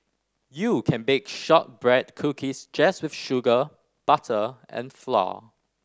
you can bake shortbread cookies just with sugar butter and flour